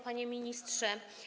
Panie Ministrze!